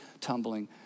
tumbling